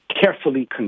carefully